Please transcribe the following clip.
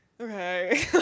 okay